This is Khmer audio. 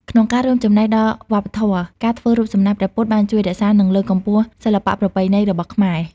ក្នុងការរួមចំណែកដល់វប្បធម៌ ការធ្វើរូបសំណាកព្រះពុទ្ធបានជួយរក្សានិងលើកកម្ពស់សិល្បៈប្រពៃណីរបស់ខ្មែរ។